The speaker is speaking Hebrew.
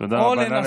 תודה רבה.